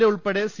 A ഉൾപ്പെടെ C